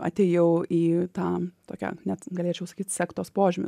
atėjau į tą tokią net galėčiau sakyt sektos požymių